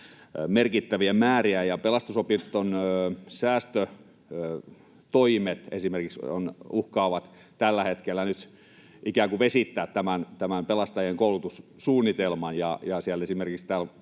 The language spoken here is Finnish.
esimerkiksi Pelastusopiston säästötoimet uhkaavat tällä hetkellä nyt ikään kuin vesittää tämän pelastajien koulutussuunnitelman. Täällä esimerkiksi